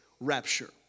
rapture